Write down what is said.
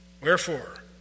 Wherefore